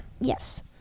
yes